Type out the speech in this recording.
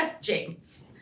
James